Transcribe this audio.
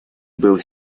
был